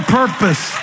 purpose